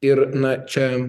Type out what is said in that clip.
ir na čia